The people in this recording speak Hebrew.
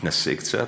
מתנשא קצת,